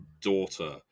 daughter